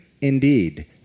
Indeed